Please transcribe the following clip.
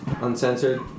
Uncensored